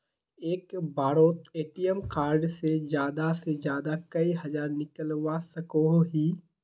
एक बारोत ATM card से ज्यादा से ज्यादा कई हजार निकलवा सकोहो ही?